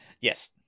Yes